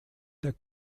der